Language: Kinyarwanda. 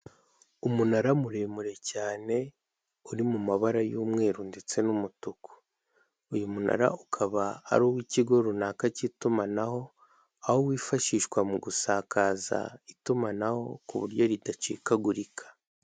Umunara muremure cyane uri mu mabara y'umweru ndetse n'umutuku, uyu munara ukaba ari uw'ikigo runaka cy'itumanaho aho wifashishwa mu gusakaza itumanaho ku buryo ridacikagurika.